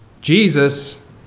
Jesus